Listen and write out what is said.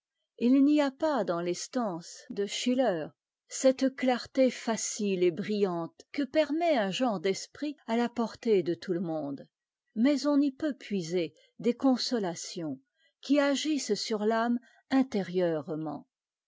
il n'y a pas dans tes stances de schiller cette clarté facile et brittante que permet un genre d'esprit a ta portée de tout le monde mais on y peut puiser des consolations qui agissent sur l'âme intérieurement